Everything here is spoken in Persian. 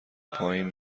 پایین